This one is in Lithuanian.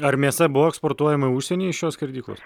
ar mėsa buvo eksportuojama į užsienį iš šios skerdyklos